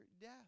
death